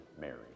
Mary